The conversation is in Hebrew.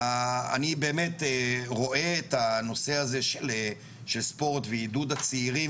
אני באמת רואה את הנושא הזה של ספורט ועידוד הצעירים,